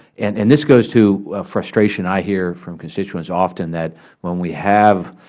and and this goes to frustration. i hear from constituents often that when we have